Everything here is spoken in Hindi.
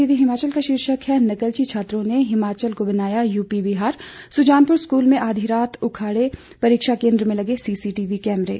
दिव्य हिमाचल का शीर्षक है नकलची छात्रों ने हिमाचल को बनाया यूपी बिहार सुजानपुर स्कूल में आधी रात उखाड़े परीक्षा केंद्र में लगे सीसीटीवी कैमरे